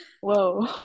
whoa